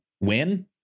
win